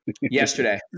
Yesterday